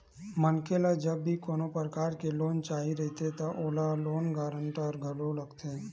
मनखे ल जब भी कोनो परकार के लोन चाही रहिथे त ओला लोन गांरटर घलो लगथे